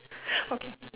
okay